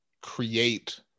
create